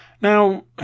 Now